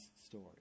story